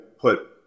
put